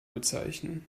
bezeichnen